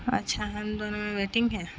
اچھا ہم دونوں میں ویٹنگ ہے